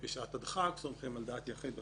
בשעת הדחק, סומכים על דעת יחיד וכדומה.